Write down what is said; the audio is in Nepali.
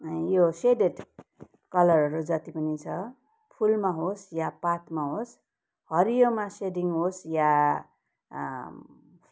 यो सेडेट कलरहरू जति पनि छ फुलमा होस् या पातमा होस् हरियोमा सेडिङ होस् या